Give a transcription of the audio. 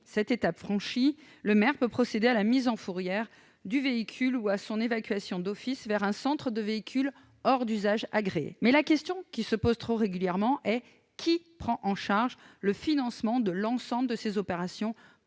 Cette étape franchie, le maire peut procéder à la mise en fourrière du véhicule ou à son évacuation d'office vers un centre de véhicules hors d'usage agréé. Mais la question qui se pose trop régulièrement est : qui prend en charge le financement de l'ensemble de ces opérations